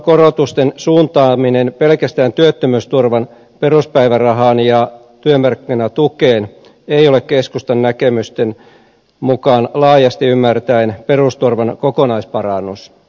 perusturvakorotusten suuntaaminen pelkästään työttömyysturvan peruspäivärahaan ja työmarkkinatukeen ei ole keskustan näkemysten mukaan laajasti ymmärtäen perusturvan kokonaisparannus